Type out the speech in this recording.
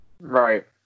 Right